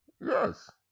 yes